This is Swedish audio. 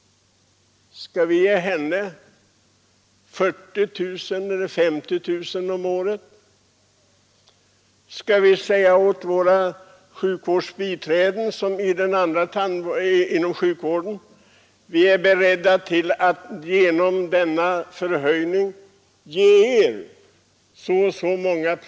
Skall vi ge tandsköterskorna 40 000 eller 50 000 om året? Är vi beredda att ge sjukvårdsbiträdena en lika stor procentuell höjning?